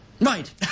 Right